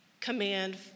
command